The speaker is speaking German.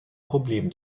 problem